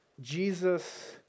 Jesus